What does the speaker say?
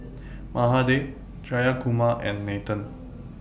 Mahade Jayakumar and Nathan